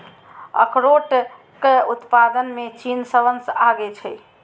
अखरोटक उत्पादन मे चीन सबसं आगां छै